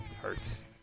hurts